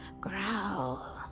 growl